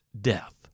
death